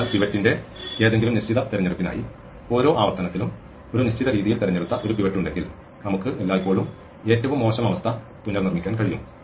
അതിനാൽ പിവറ്റിന്റെ ഏതെങ്കിലും നിശ്ചിത തിരഞ്ഞെടുപ്പിനായി ഓരോ ആവർത്തനത്തിലും ഒരു നിശ്ചിത രീതിയിൽ തിരഞ്ഞെടുത്ത ഒരു പിവറ്റ് ഉണ്ടെങ്കിൽ നമുക്ക് എല്ലായ്പ്പോഴും ഏറ്റവും മോശം അവസ്ഥ പുനർനിർമ്മിക്കാൻ കഴിയും